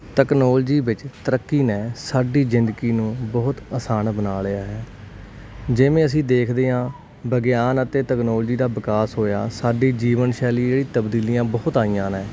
technology ਵਿੱਚ ਤਰੱਕੀ ਨੇ ਸਾਡੀ ਜ਼ਿੰਦਗੀ ਨੂੰ ਬਹੁਤ ਆਸਾਨ ਬਣਾ ਲਿਆ ਹੈ ਜਿਵੇਂ ਅਸੀਂ ਦੇਖਦੇ ਹਾਂ ਵਿਗਿਆਨ ਅਤੇ ਟੈਕਨੋਲਜੀ ਦਾ ਵਿਕਾਸ ਹੋਇਆ ਸਾਡੇ ਜੀਵਨ ਸ਼ੈਲੀ ਜਿਹੜੀ ਤਬਦੀਲੀਆਂ ਬਹੁਤ ਆਈਆਂ ਨੇ